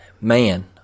man